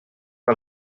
que